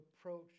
approach